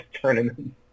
tournament